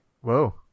Whoa